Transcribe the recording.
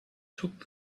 took